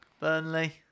Burnley